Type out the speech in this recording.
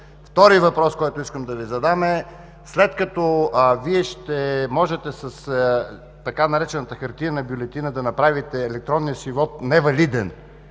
Вторият въпрос, който искам да Ви задам, е, след като Вие ще можете с така наречената „хартиена бюлетина” да направите електронния си вот невалиден,